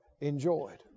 enjoyed